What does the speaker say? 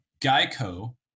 Geico